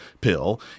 pill